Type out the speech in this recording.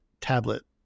tablet